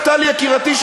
טלי יקירתי,